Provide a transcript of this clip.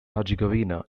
herzegovina